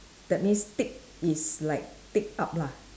that means tick is like tick up lah